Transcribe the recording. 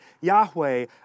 Yahweh